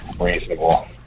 reasonable